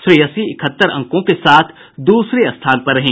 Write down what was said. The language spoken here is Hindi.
श्रेयसी इकहत्तर अंकों के साथ दूसरे स्थान पर रहीं